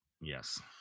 Yes